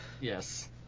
Yes